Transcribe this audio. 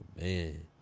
Man